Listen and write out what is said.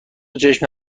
چشم